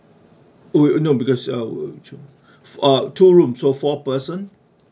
!woo! you no because uh uh two rooms so four person